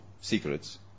secrets